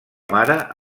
mare